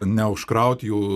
neužkraut jų